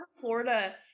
florida